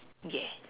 yeah